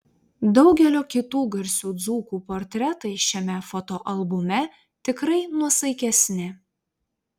daugelio kitų garsių dzūkų portretai šiame fotoalbume tikrai nuosaikesni